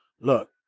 look